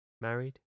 Married